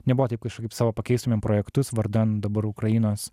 nebuvo taip kažkaip savo pakeistumėm projektus vardan dabar ukrainos